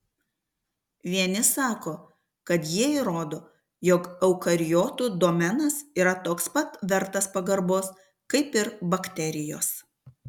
vieni sako kad jie įrodo jog eukariotų domenas yra toks pat vertas pagarbos kaip ir bakterijos